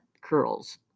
curls